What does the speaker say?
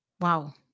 wow